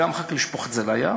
וגם אחר כך לשפוך את זה לים,